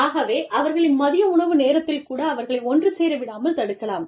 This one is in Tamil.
ஆகவே அவர்களின் மதிய உணவு நேரத்தில் கூட அவர்களை ஒன்று சேர விடாமல் தடுக்கலாம்